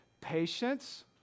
Patience